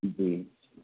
جی